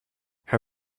her